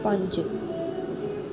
पंज